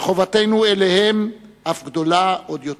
וחובתנו אליהם אף גדולה עוד יותר.